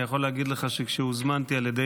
אני יכול להגיד שכשהוזמנתי על ידי